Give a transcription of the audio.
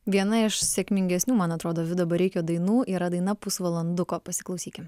viena iš sėkmingesnių man atrodo vido bareikio dainų yra daina pusvalanduko pasiklausykim